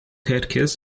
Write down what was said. herkes